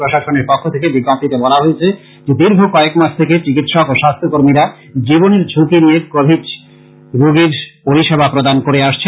প্রশাসনের পক্ষ থেকে বিজ্ঞপ্তীতে বলা হয়েছে যে দীর্ঘ কয়েকমাস থেকে চিকিৎসক ও স্বাস্থ্য কর্মীরা জীবনের ঝুকি নিয়ে কোবিড রোগীদের পরিষেবা প্রদান করে আসছেন